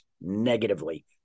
negatively